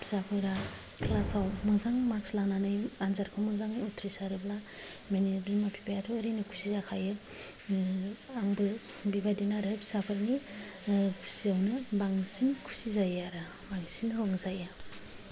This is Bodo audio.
फिसाफोरा क्लासाव मोजां मार्कस लानानै आनजादखौ मोजाङै उथ्रिसारोब्ला माने बिमा बिफायाथ' ओरैनो खुसि जाखायो आंबो बेबायदिनो आरो फिसाफोरनि खुसिआवनो बांसिन खुसि जायो आरो बांसिन रंजायो